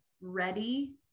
ready